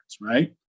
right